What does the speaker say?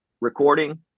recording